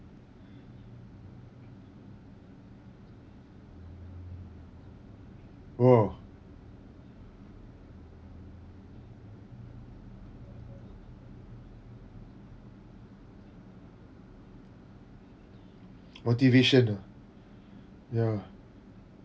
!wah! motivation ah ya